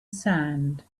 sand